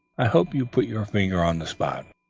i hope you'll put your finger on the spot.